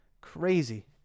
Crazy